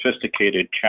sophisticated